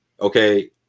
okay